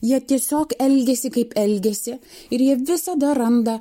jie tiesiog elgiasi kaip elgiasi ir jie visada randa